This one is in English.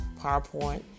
PowerPoint